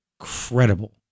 Incredible